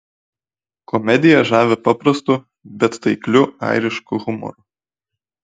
komedija žavi paprastu bet taikliu airišku humoru